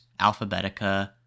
alphabetica